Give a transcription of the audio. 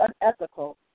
unethical